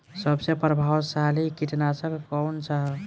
सबसे प्रभावशाली कीटनाशक कउन सा ह?